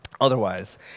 otherwise